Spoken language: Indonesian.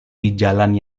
dijalan